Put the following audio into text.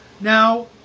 Now